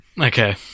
Okay